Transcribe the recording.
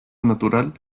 natural